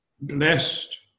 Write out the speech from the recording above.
Blessed